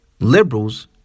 Liberals